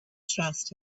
chest